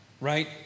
right